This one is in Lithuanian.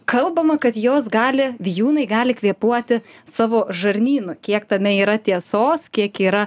kalbama kad jos gali vijūnai gali kvėpuoti savo žarnynu kiek tame yra tiesos kiek yra